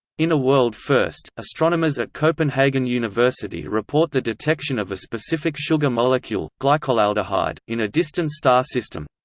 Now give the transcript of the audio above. in a world first, astronomers at copenhagen university report the detection of a specific sugar molecule, glycolaldehyde, in a distant star system.